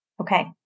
Okay